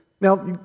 Now